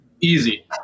easy